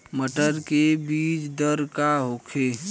मटर के बीज दर का होखे?